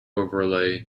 overlay